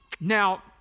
Now